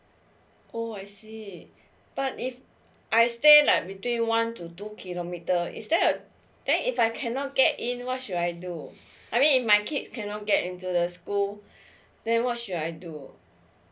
oh I see but if I stay like between one to two kilometer is there uh then if I cannot get in what should I do I mean if my kids cannot get into the school then what should I do